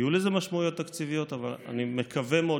יהיו לזה משמעויות תקציביות אבל אני מקווה מאוד